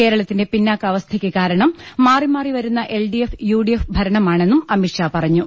കേരളത്തിന്റെ പിന്നാക്കാവ സ്ഥക്കു കാരണം മാറി മാറി വരുന്ന L D F U D F ഭരണ മാണെന്നും അമിത്ഷാ പറഞ്ഞു